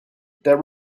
that